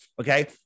Okay